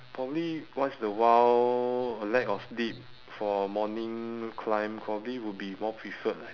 probably once in a while a lack of sleep for morning climb probably would be more preferred